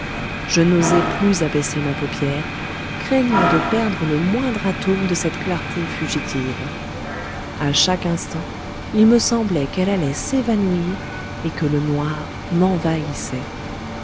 je n'osais plus abaisser ma paupière craignant de perdre le moindre atome de cette clarté fugitive a chaque instant il me semblait qu'elle allait s'évanouir et que le noir m'envahissait